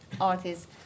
artists